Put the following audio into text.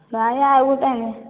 ନାହିଁ ଆଉ ଗୋଟିଏ ଆଣିବା